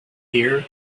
here